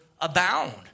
abound